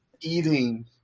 eating